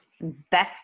best